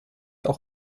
auch